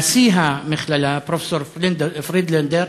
נשיא המכללה, פרופסור פרידלנדר,